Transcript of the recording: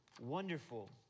wonderful